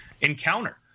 encounter